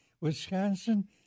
Wisconsin